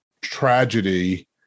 tragedy